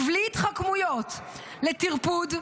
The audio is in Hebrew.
ובלי התחכמויות לטרפוד,